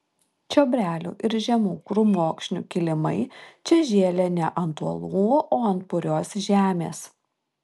čiobrelių ir žemų krūmokšnių kilimai čia žėlė ne ant uolų o ant purios žemės